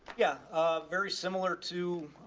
yeah. ah, very similar to,